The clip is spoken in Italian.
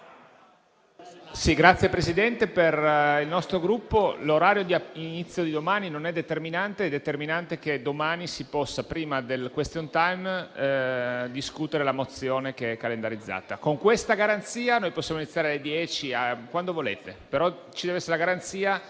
Signor Presidente, per il nostro Gruppo l'orario di inizio di domani non è determinante, ma è determinante che si possa, prima del *question time*, discutere la mozione che è calendarizzata. Con questa garanzia, noi possiamo iniziare anche alle ore 10, ma ci deve essere la garanzia